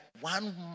one